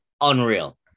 unreal